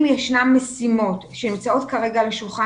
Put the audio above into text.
אם ישנן משימות שנמצאות כרגע על השולחן